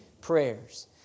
prayers